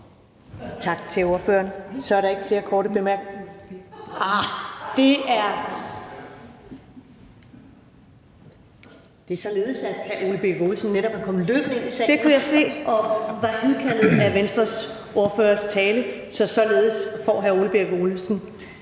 Tak til ordføreren. Så er der ikke flere korte bemærkninger. Jo, det er således, at hr. Ole Birk Olesen netop er kommet løbende ind i salen hidkaldet af Venstres ordførers tale, så således får hr. Ole Birk Olesen